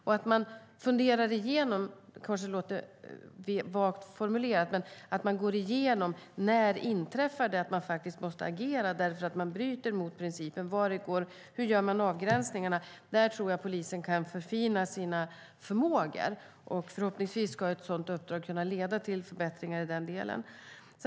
Det handlar även om att fundera igenom - det kanske låter vagt formulerat, men man ska gå igenom - när den punkt inträffar då man faktiskt måste agera därför att någon bryter mot principen. Hur gör man avgränsningarna? Där tror jag att polisen kan förfina sina förmågor, och förhoppningsvis ska ett sådant uppdrag kunna leda till förbättringar i den delen.